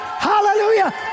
Hallelujah